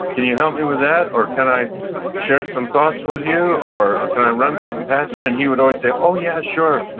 can you help me with that? or, can i share some thoughts with you? or, can i run something past you? and he would always say, oh, yeah. sure.